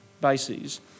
bases